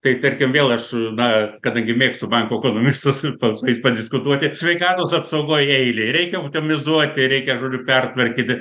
tai tarkim vėl aš na kadangi mėgstu banko ekonomistus ir su jais padiskutuoti sveikatos apsaugoj eilė reikia optimizuoti reikia žodžiu pertvarkyti